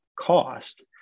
cost